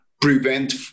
prevent